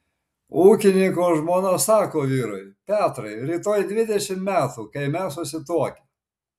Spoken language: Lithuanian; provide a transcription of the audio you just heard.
ūkininko žmona sako vyrui petrai rytoj dvidešimt metų kai mes susituokę